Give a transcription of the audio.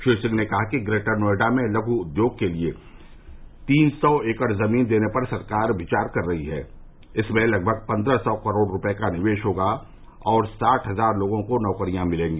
श्री सिंह ने कहा कि ग्रेटर नोएडा में लघ् उद्योग के लिये तीन सौ एकड़ जमीन देने पर सरकार विचार कर रही है इसमें लगभग पन्द्रह सौ करोड़ रूपये का निवेश होगा और साठ हजार लोगों को नौकरियां मिलेंगी